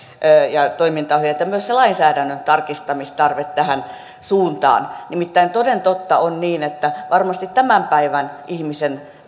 ja toimintaohjeet ja myös se lainsäädännön tarkistamistarve tähän suuntaan nimittäin toden totta on niin että varmasti tämän päivän ihmisen